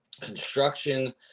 Construction